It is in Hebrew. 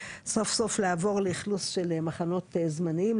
סוף סוף לעבור לאכלוס של מחנות זמניים,